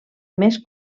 més